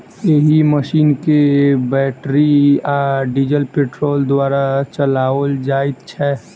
एहि मशीन के बैटरी आ डीजल पेट्रोल द्वारा चलाओल जाइत छै